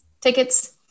tickets